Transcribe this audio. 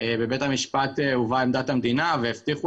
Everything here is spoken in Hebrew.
2017.לבית המשפט הובאה עמדת המדינה והבטיחו